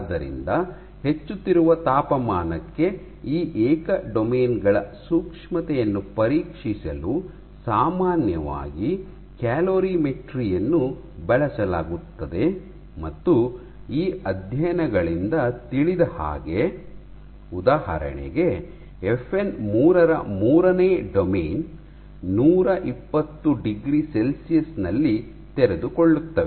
ಆದ್ದರಿಂದ ಹೆಚ್ಚುತ್ತಿರುವ ತಾಪಮಾನಕ್ಕೆ ಈ ಏಕ ಡೊಮೇನ್ ಗಳ ಸೂಕ್ಷ್ಮತೆಯನ್ನು ಪರೀಕ್ಷಿಸಲು ಸಾಮಾನ್ಯವಾಗಿ ಕ್ಯಾಲೋರಿಮೆಟ್ರಿ ಯನ್ನು ಬಳಸಲಾಗುತ್ತದೆ ಮತ್ತು ಈ ಅಧ್ಯಯನಗಳಿಂದ ತಿಳಿದ ಹಾಗೆ ಉದಾಹರಣೆಗೆ ಎಫ್ಎನ್ 3 ರ ಮೂರನೇ ಡೊಮೇನ್ ನೂರ ಇಪ್ಪತ್ತು ಡಿಗ್ರಿ ಸೆಲ್ಸಿಯಸ್ ನಲ್ಲಿ ತೆರೆದುಕೊಳ್ಳುತ್ತವೆ